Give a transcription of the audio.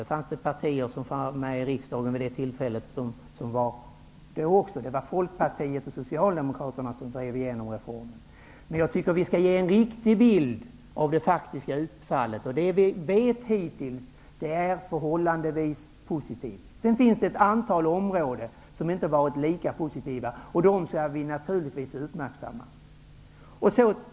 Det fanns också partier som satt i riksdagen då reformen genomfördes som var negativa till den; det var Folkpartiet och Socialdemokraterna som drev igenom reformen. Jag tycker ändå att vi skall ge en riktig bild av det faktiska utfallet. Det vi vet hittills om utfallet av reformen är förhållandevis positivt. Sedan finns det ett antal områden där utfallet inte har varit lika positivt, och de områdena skall vi naturligtvis uppmärksamma.